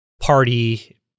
party